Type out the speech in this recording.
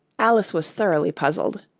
alice was thoroughly puzzled.